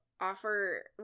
offer